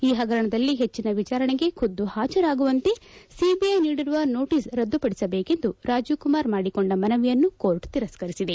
ಈ ಹಗರಣದಲ್ಲಿ ಹೆಚ್ಚಿನ ವಿಚಾರಣೆಗೆ ಖುದ್ದು ಹಾಜರಾಗುವಂತೆ ಸಿಬಿಐ ನೀಡಿರುವ ನೋಟಸ್ ರದ್ದುಪಡಿಸಬೇಕೆಂದು ರಾಜೀವ್ಕುಮಾರ್ ಮಾಡಿಕೊಂಡ ಮನವಿಯನ್ನು ಕೋರ್ಟ್ ತಿರಸ್ತರಿಸಿದೆ